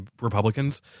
Republicans